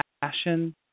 passion